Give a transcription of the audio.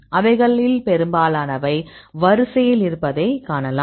அவைகளில் பெரும்பாலானவை வரிசையில் இருப்பதை காணலாம்